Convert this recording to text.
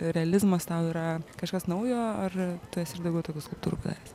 realizmas tau yra kažkas naujo ar tu esi ir daugiau tokių skulptūrų padaręs